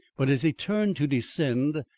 but as he turned to descend,